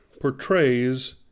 portrays